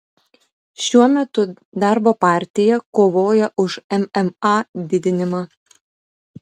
šiuo metu darbo partija kovoja už mma didinimą